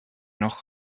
noch